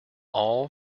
all